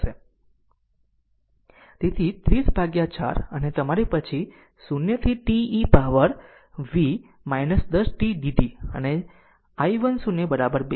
તેથી 30 ભાગ્યા 4 અને તમારી પછી 0 થી t e પાવર વી 10 t dt અને i 1 0 2